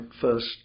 first